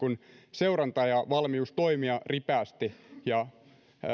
seuranta ja valmius toimia ripeästi